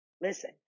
listen